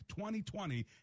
2020